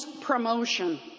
promotion